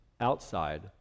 outside